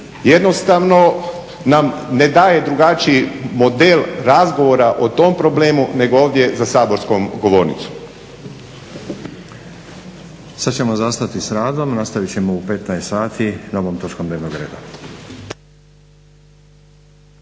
jednostavno nam ne daje drugačiji model razgovora o tom problemu nego ovdje za saborskom govornicom. **Stazić, Nenad (SDP)** Sad ćemo zastati sa radom, nastavit ćemo u 15,00 sati novom točkom dnevnog reda.